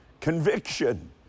Conviction